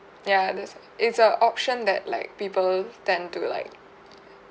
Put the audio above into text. ya that'a a it's a option that like people tend to like